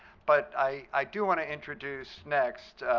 but i do want to introduce next,